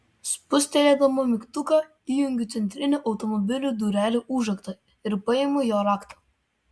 spustelėdama mygtuką įjungiu centrinį automobilio durelių užraktą ir paimu jo ranką